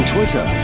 Twitter